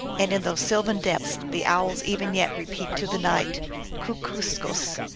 and in those sylvan depths the owls even yet re peat to the night joo-koo-skoos!